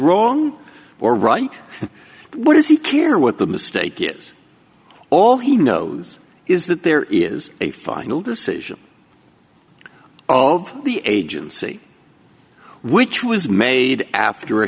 wrong or right what does he care what the mistake is all he knows is that there is a final decision of the agency which was made after